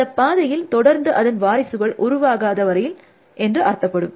இந்த பாதையில் தொடர்ந்து அதன் வாரிசுகள் உருவாகாத வரையில் என்று அர்த்தப்படும்